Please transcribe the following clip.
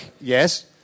Yes